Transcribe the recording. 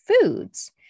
foods